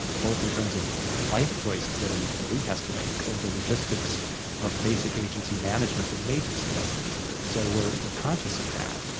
um both in terms of life choices that an employee has to make, or the logistics of basic agency management, that an agency has to deal with, so we're we're conscious of that.